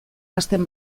hasten